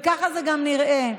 וככה זה גם נראה.